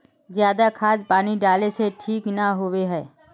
ज्यादा खाद पानी डाला से ठीक ना होए है?